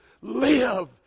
Live